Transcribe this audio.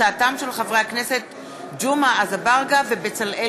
בהצעתם של חברי הכנסת ג'מעה אזברגה ובצלאל